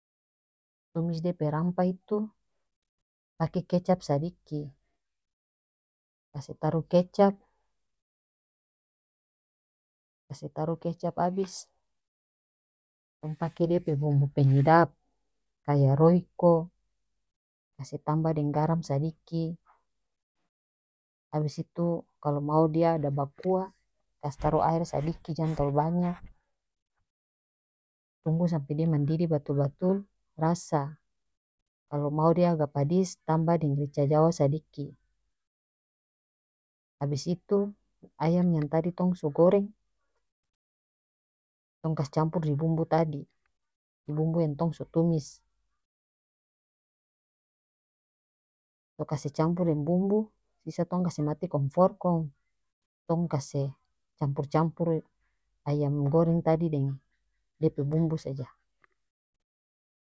Tumis dia pe rampah itu pake kecap sadiki kase taruh kecap kase taruh kecap abis tong pake dia pe bumbu penyedap kaya royko kase tambah deng garam sadiki abis itu kalo mau dia ada bakuah kas taruh aer sadiki jang talu banya tunggu sampe dia mandidih batul batul rasa kalo mau dia agak padis tambah deng rica jawa sadiki abis itu ayam yang tadi tong so goreng tong kas campur deng bumbu tadi bumbu yang tong so tumis so kase campur deng bumbu sisa tong kase mati komfor kong tong kase campur campur ayam goreng tadi deng dia pe bumbu saja.